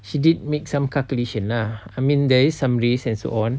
she did make some calculation lah I mean there is some days and so on